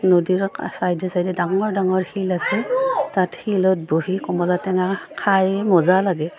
নদীৰ চাইডে চাইডে ডাঙৰ ডাঙৰ শিল আছে তাত শিলত বহি কমলা টেঙা খাই মজা লাগে